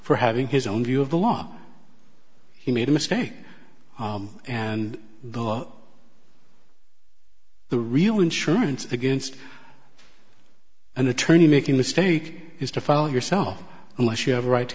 for having his own view of the law he made a mistake and the law the real insurance against an attorney making mistake is to fall yourself unless you have a right to